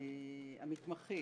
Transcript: המתמחים,